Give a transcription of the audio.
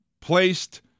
placed